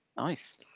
Nice